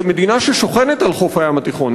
כמדינה ששוכנת על חוף הים התיכון,